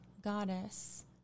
goddess